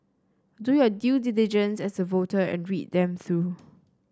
do your due diligence as a voter and read them through